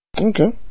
Okay